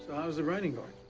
was the writing going?